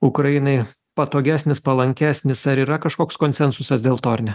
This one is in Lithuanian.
ukrainai patogesnis palankesnis ar yra kažkoks konsensusas dėl to ar ne